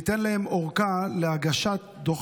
בקשתם הייתה שניתן להם ארכה להגשת דוח